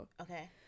Okay